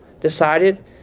decided